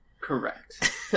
Correct